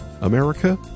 America